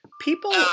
People